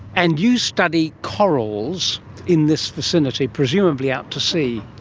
and you study corals in this vicinity, presumably out to sea.